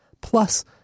Plus